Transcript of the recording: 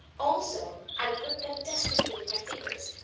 also i gripped them desperately with my fingers.